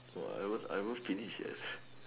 whatever I almost I almost finish it